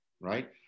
right